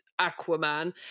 Aquaman